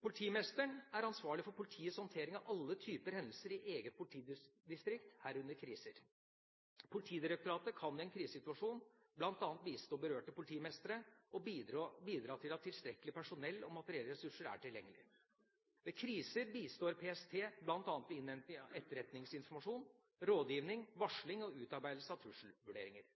Politimesteren er ansvarlig for politiets håndtering av alle typer hendelser i eget politidistrikt, herunder kriser. Politidirektoratet kan i en krisesituasjon bl.a. bistå berørte politimestre og bidra til at tilstrekkelige personell- og materiellressurser er tilgjengelig. Ved kriser bistår PST bl.a. med innhenting av etterretningsinformasjon, rådgivning, varsling og utarbeidelse av trusselvurderinger.